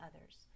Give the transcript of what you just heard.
others